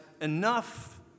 enough